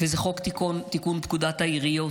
חוק תיקון פקודת העיריות.